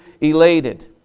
elated